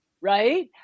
right